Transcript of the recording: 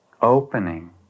opening